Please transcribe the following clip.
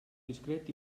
discret